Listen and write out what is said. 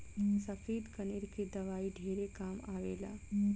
सफ़ेद कनेर के दवाई ढेरे काम आवेल